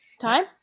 time